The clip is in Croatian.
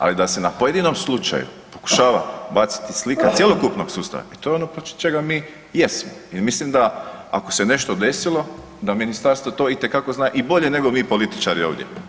Ali da se na pojedinom slučaju pokušava baciti slika cjelokupnog sustava, pa to je ono protiv čega mi jesmo i mislim da ako se nešto desilo da ministarstvo to itekako zna i bolje nego mi političari ovdje.